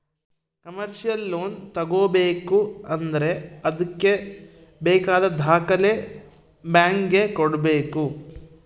commercial loan ತಗೋಬೇಕು ಅಂದ್ರೆ ಅದ್ಕೆ ಬೇಕಾದ ದಾಖಲೆ ಬ್ಯಾಂಕ್ ಗೆ ಕೊಡ್ಬೇಕು